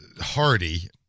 Hardy